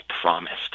promised